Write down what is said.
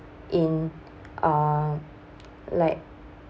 in uh like